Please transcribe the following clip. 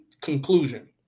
conclusion